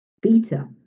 beta